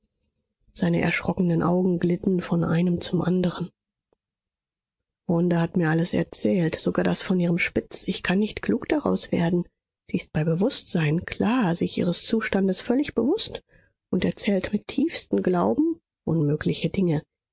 seine erschrockenen augen glitten von einem zum anderen wanda hat mir alles erzählt sogar das von ihrem spitz ich kann nicht klug daraus werden sie ist bei bewußtsein klar sich ihres zustandes völlig bewußt und erzählt mit tiefstem glauben unmögliche dinge